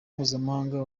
mpuzamahanga